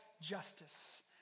justice